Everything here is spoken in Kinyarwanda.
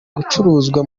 gucuruzwa